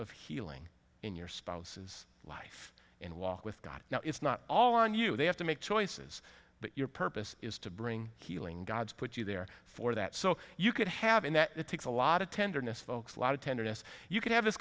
of healing in your spouse's life in walk with god now it's not all on you they have to make choices but your purpose is to bring healing god's put you there for that so you could have in that it takes a lot of tenderness folks a lot of tenderness you can have this